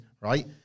right